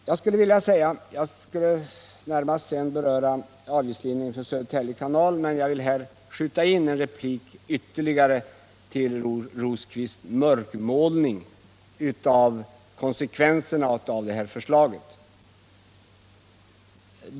Jag skall sedan beröra frågan om avgiftslindring för trafiken på Sö = dertälje kanal, men jag vill först skjuta in ytterligare en replik mot herr — Nytt system för de Rosqvists mörkmålning av konsekvenserna av detta förslag.